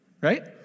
right